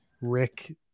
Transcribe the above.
rick